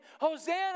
Hosanna